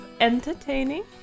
entertaining